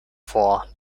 for